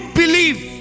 believe